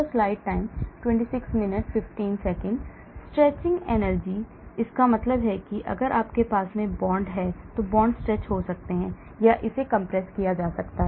stretching energy इसका मतलब है कि अगर आपके पास बॉन्ड है तो बॉन्ड स्ट्रेच हो सकता है या इसे कंप्रेस किया जा सकता है